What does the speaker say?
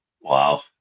Wow